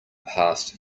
passed